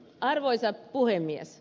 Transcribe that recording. arvoisa puhemies